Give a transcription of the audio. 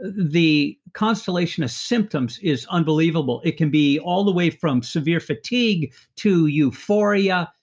the constellation of symptoms is unbelievable. it can be all the way from severe fatigue to euphoria,